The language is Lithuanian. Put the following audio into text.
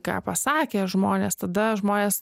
ką pasakė žmonės tada žmonės